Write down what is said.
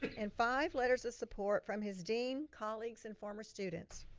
and five letters of support from his dean, colleagues and former students.